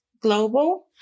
Global